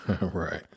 Right